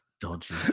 Dodgy